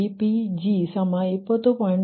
440